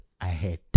ahead